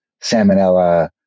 salmonella